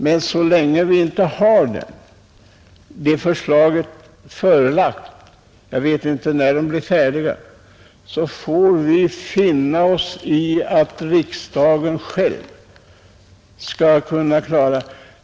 Men så länge vi inte har fått oss förslaget förelagt — jag vet inte när grundlagberedningen blir färdig — får vi finna oss i att riksdagen själv skall kunna klara saken.